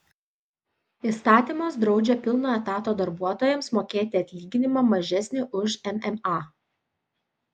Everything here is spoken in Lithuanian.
įstatymas draudžia pilno etato darbuotojams mokėti atlyginimą mažesnį už mma